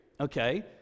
okay